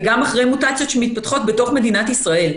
וגם אחרי מוטציות שמתפתחות בתוך מדינת ישראל.